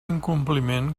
incompliment